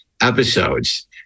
episodes